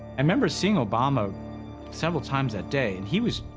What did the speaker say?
i remember seeing obama several times that day, and he was,